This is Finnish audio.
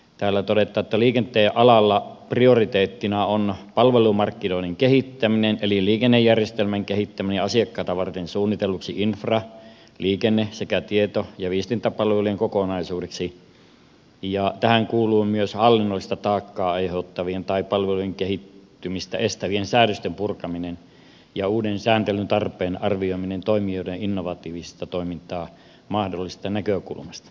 täällä todetaan että liikenteen alalla prioriteettina on palvelumarkkinoiden kehittäminen eli liikennejärjestelmän kehittäminen asiakkaita varten suunnitelluksi infra liikenne sekä tieto ja viestintäpalvelujen kokonaisuudeksi ja tähän kuuluu myös hallinnollista taakkaa aiheuttavien tai palvelujen kehittymistä estävien säädösten purkaminen ja uuden sääntelyn tarpeen arvioiminen toimijoiden innovatiivista toimintaa mahdollistavasta näkökulmasta